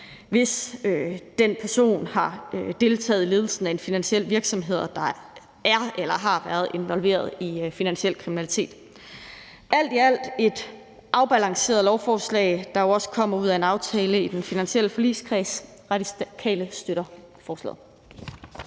hvis den person har deltaget i ledelsen af en finansiel virksomhed, der er eller har været involveret i finansiel kriminalitet. Alt i alt er det et afbalanceret lovforslag, der jo også kommer ud af en aftale i den finansielle forligskreds. Radikale Venstre støtter forslaget.